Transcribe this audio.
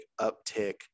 uptick